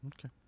Okay